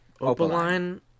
Opaline